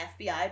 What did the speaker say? fbi